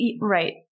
right –